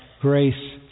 grace